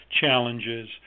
challenges